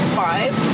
five